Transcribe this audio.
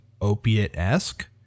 opiate-esque